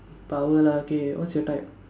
power lah K what's your type